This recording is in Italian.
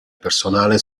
personale